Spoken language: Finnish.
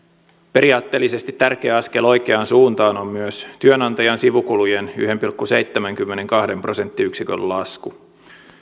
periaatteellisesti tärkeä askel oikeaan suuntaan on myös työnantajan sivukulujen yhden pilkku seitsemänkymmenenkahden prosenttiyksikön lasku